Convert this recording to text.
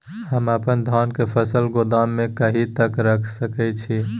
हम अपन धान के फसल गोदाम में कहिया तक रख सकैय छी?